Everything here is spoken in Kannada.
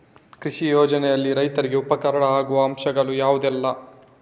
ಕೃಷಿ ಯೋಜನೆಯಲ್ಲಿ ರೈತರಿಗೆ ಉಪಕಾರ ಆಗುವ ಅಂಶಗಳು ಯಾವುದೆಲ್ಲ?